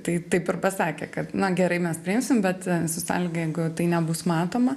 tai taip ir pasakė kad na gerai mes priimsim bet su sąlyga jeigu tai nebus matoma